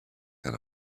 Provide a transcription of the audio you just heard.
and